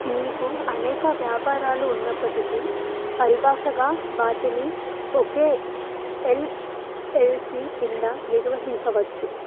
మీకు అనేక వ్యాపారాలు ఉన్నప్పటికీ పరిభాషగా వాటిని ఒకే ఎల్ఎల్సీ కింద నిర్వహించవచ్చు